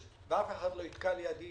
ואף אחד לא יתקע לידי